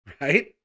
right